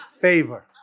favor